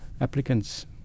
applicants